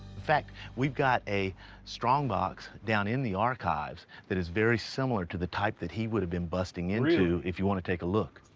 fact, we've got a strongbox down in the archives that is very similar to the type that he would've been busting into. really? if you wanna take a look.